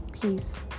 Peace